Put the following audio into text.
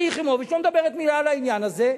שלי יחימוביץ לא מדברת מלה על העניין הזה,